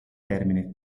termine